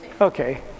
Okay